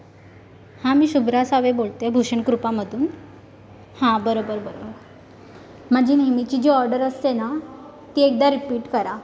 हां मी शुभ्रा सावे बोलते आहे भूषण कृपामधून हां बरोबर बरोबर माझी नेहमीची जी ऑर्डर असते ना ती एकदा रिपीट करा